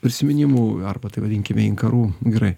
prisiminimų arba tai vadinkime inkarų gerai